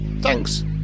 thanks